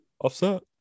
Offset